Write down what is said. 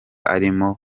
arimo